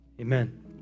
Amen